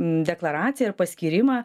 deklaraciją ir paskyrimą